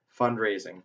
fundraising